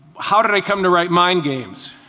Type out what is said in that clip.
how did i come to write mind games.